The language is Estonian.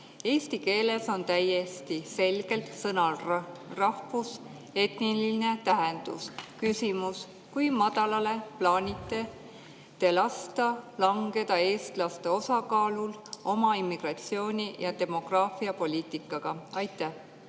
Eesti keeles on täiesti selgelt sõnal "rahvus" etniline tähendus. Küsimus: kui madalale plaanite te lasta langeda eestlaste osakaalul oma immigratsiooni- ja demograafiapoliitikaga? Aitäh!